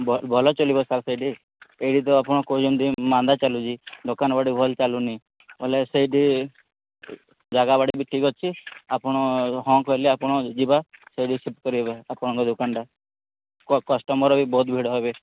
ଭଲ ଚଲିବ ସାର୍ ସେଇଠି ଏଇଠି ତ ଆପଣ କହୁଛନ୍ତି ମାନ୍ଦା ଚାଲୁଛି ଦୋକାନ ବାଡ଼ି ଭଲ ଚାଲୁନି ବୋଲେ ସେଇଠି ଜାଗାବାଡ଼ି ବି ଠିକ୍ ଅଛି ଆପଣ ହଁ କହିଲେ ଆପଣ ଯିବା ସେଇଠି ସିଫ୍ଟ କରାଇବା ଆପଣଙ୍କ ଦୋକାନଟା କଷ୍ଟମର ବି ବହୁତ ଭିଡ଼ ହେବେ